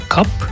Cup